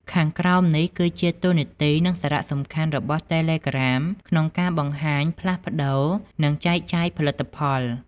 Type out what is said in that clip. ខាងក្រោមនេះគឺជាតួនាទី និងសារៈសំខាន់របស់តេឡេក្រាមក្នុងការបង្ហាញ ផ្លាស់ប្ដូរ និងចែកចាយផលិតផល។